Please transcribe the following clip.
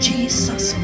Jesus